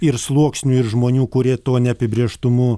ir sluoksnių ir žmonių kurie tuo neapibrėžtumu